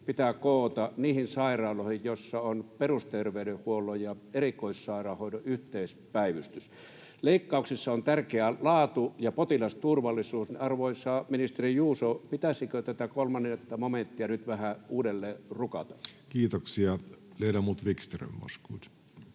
pitää koota niihin sairaaloihin, joissa on perusterveydenhuollon ja erikoissairaanhoidon yhteispäivystys. Leikkauksissa on tärkeää laatu ja potilasturvallisuus. Arvoisa, ministeri Juuso, pitäisikö tätä kolmatta momenttia nyt vähän uudelleen rukata? [Speech 300] Speaker: Jussi